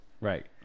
Right